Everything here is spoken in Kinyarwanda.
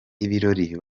ibirori